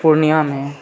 पूर्णियामे